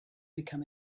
become